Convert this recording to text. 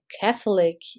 Catholic